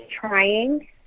trying